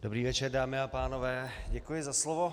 Dobrý večer, dámy a pánové, děkuji za slovo.